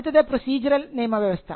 അടുത്തത് പ്രൊസീജറൽ നിയമവ്യവസ്ഥ